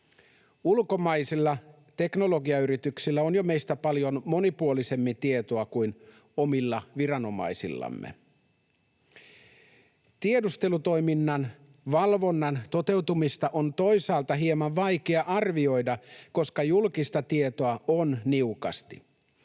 Ulkomaisilla teknologiayrityksillä on jo meistä paljon monipuolisemmin tietoa kuin omilla viranomaisillamme. Tiedustelutoiminnan valvonnan toteutumista on toisaalta hieman vaikea arvioida, koska julkista tietoa on niukasti.